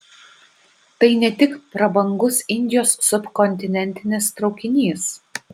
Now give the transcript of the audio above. tai ne tik prabangus indijos subkontinentinis traukinys